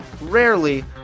Rarely